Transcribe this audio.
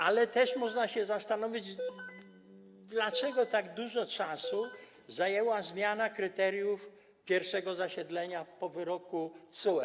Ale też można się stanowić, dlaczego tak dużo czasu zajęła zmiana kryteriów pierwszego zasiedlenia po wyroku TSUE.